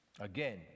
Again